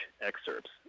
excerpts